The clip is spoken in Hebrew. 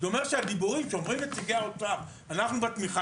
זה אומר שהדיבורים שאומרים נציגי האוצר: אנחנו בתמיכה